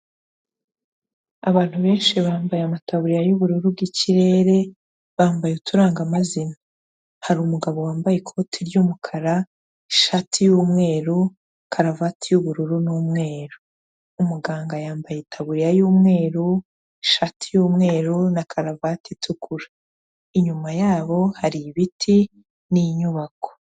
Abantu benshi bambaye amataburiya y'ubururu bw'ikirere bambaye uturangamazina, hari umugabo wambaye ikoti ry'umukara ishati y'umweru, karuvati y'ubururu n'umweru, umuganga yambaye itaburiya y'umweru, ishati y'umweru na karuvati itukura. Inyuma yabo hari ibiti n'inyubako.